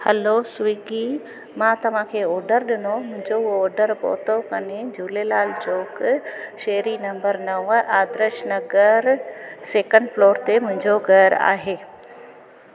hello Swiggy मां तव्हांखे ऑडरु ॾिनो मुंहिंजो उहो ऑडरु पहुतो कान्हे झूलेलाल चौक शेरी नंबर नव आदर्श नगर सैकेंड फ्लोर ते मुंहिंजो घरु आहे